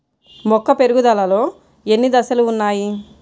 మొక్క పెరుగుదలలో ఎన్ని దశలు వున్నాయి?